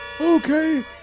Okay